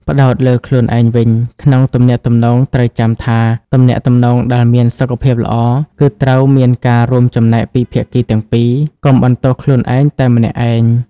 ផ្តោតលើខ្លួនឯងវិញ ក្នុងទំនាក់ទំនង ត្រូវចាំថា ទំនាក់ទំនងដែលមានសុខភាពល្អ គឺត្រូវមានការរួមចំណែកពីភាគីទាំងពីរ។ កុំបន្ទោសខ្លួនឯងតែម្នាក់ឯង។